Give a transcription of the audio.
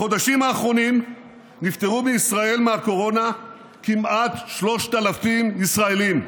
בחודשים האחרונים נפטרו בישראל מהקורונה כמעט 3,000 ישראלים.